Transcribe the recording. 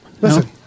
Listen